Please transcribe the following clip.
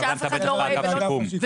שאף אחד לא רואה ולא שומע,